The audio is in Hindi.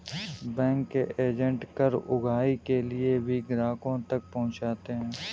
बैंक के एजेंट कर उगाही के लिए भी ग्राहकों तक पहुंचते हैं